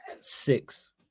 six